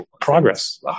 progress